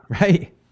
Right